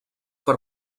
per